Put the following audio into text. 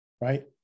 right